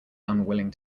unwilling